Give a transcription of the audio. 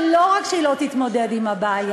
שלא רק שהיא לא תתמודד עם הבעיה,